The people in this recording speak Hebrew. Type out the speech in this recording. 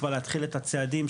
כבר להתחיל את הצעדים,